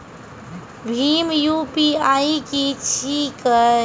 भीम UPI की छीके?